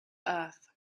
earth